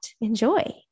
Enjoy